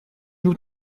nous